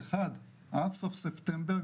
2021 עד סוף ספטמבר,